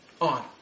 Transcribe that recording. on